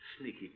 Sneaky